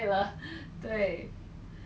就是因为他是 construction